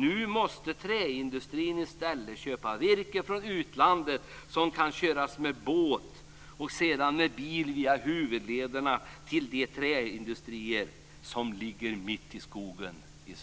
Nu måste träindustrin i stället köpa virke från utlandet som kan köras med båt och sedan med bil via huvudlederna till de träindustrier som ligger mitt i skogen i